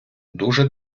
дуже